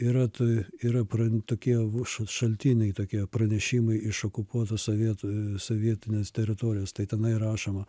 yra tie yra pra tokie šaltiniai tokie pranešimai iš okupuotos sovietų sovietinės teritorijos tai tenai rašoma